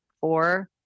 four